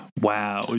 wow